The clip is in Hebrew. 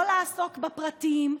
לא לעסוק בפרטים,